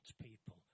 people